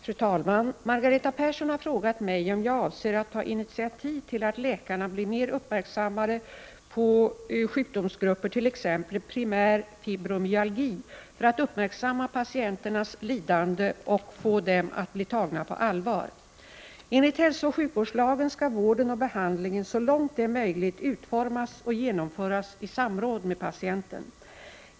Fru talman! Margareta Persson har frågat mig om jag avser att ta initiativ till att läkarna blir mer uppmärksammade på sjukdomsgrupper, t.ex. primär fibromyalgi, för att uppmärksamma patienternas lidande och få dem att bli tagna på allvar. Enligt hälsooch sjukvårdslagen skall vården och behandlingen så långt det är möjligt utformas och genomföras i samråd med patienten.